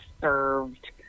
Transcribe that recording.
served